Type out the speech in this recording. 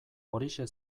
horixe